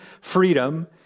Freedom